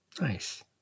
Nice